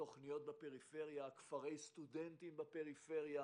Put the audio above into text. תוכניות בפריפריה, כפרי סטודנטים בפריפריה.